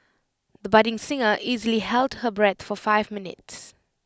the budding singer easily held her breath for five minutes